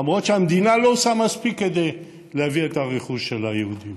למרות שהמדינה לא עושה מספיק כדי להביא את הרכוש של היהודים.